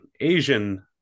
Asian